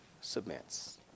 submits